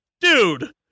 dude